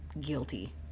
guilty